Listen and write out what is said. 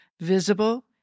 visible